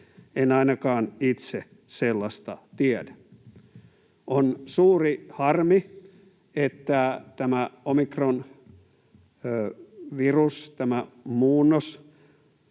En ainakaan itse sellaista tiedä. On suuri harmi, että tämä omikronvirus, tämä muunnos,